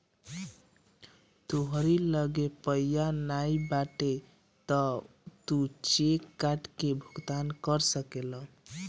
तोहरी लगे पइया नाइ बाटे तअ तू चेक काट के भुगतान कर सकेला